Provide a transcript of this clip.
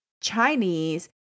Chinese